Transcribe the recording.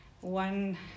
One